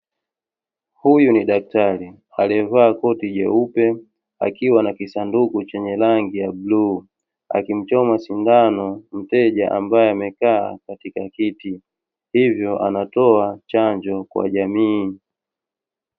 Huyu ni daktari aliyevaa koti jeupe akiwa na kisanduku chenye rangi ya bluu, akimchoma sindano mteja ambaye amekaa katika kiti, hivyo anatoa chanjo kwa jamii.